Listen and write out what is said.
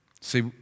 see